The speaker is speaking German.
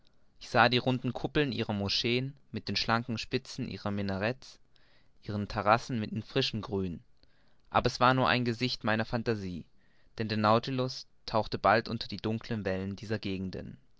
ich sah die runden kuppeln ihrer moscheen mit den schlanken spitzen ihrer minarets ihren terrassen in frischem grün aber es war nur ein gesicht meiner phantasie denn der nautilus tauchte bald unter die dunkeln wellen dieser gegenden